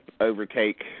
overtake